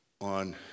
on